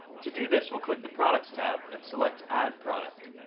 to do this we'll click the products tab and select add product.